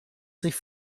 sich